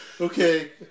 Okay